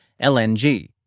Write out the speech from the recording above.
LNG